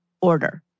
order